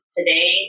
Today